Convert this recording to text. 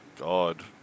God